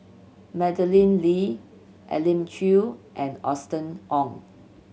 Madeleine Lee Elim Chew and Austen Ong